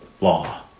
law